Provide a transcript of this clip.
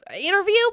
interview